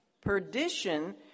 perdition